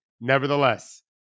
Nevertheless